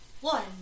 One